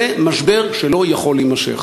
זה משבר שלא יכול להימשך.